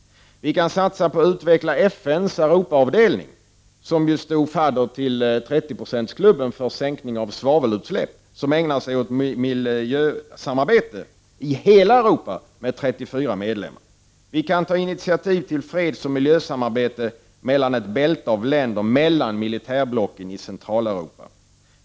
Vi kan satsa på att utveckla FN:s Europaavdelning som ju stod fadder för 30-procentsklubben, vilken verkat för en minskning av svavelutsläppen, och som ägnar sig åt miljösamarbete i hela Europa. Europaavdelningen har 34 medlemmar. Vi kan ta initiativ till ett fredsoch miljösamarbete som kan omfatta ett bälte av länder mellan militärblocken i Centraleuropa.